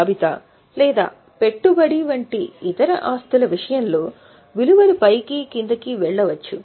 జాబితా లేదా పెట్టుబడి వంటి ఇతర ఆస్తుల విషయంలో విలువలు పైకి క్రిందికి వెళ్ళవచ్చు